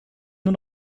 nur